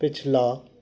पिछला